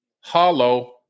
hollow